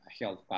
health